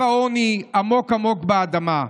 מתחת לקו העוני, עמוק עמוק באדמה.